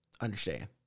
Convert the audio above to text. Understand